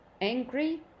angry